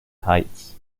heights